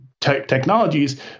technologies